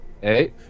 Hey